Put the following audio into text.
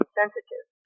sensitive